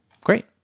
great